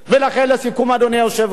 אני חושב שעם ישראל הוא